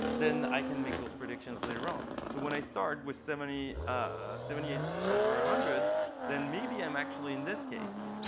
then i can make those predictions later on. so when i start with seventy ah seventy eight one ah hundred then maybe i'm actually, in this case,